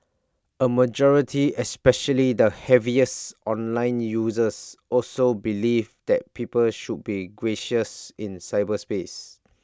A majority especially the heaviest online users also believed that people should be gracious in cyberspace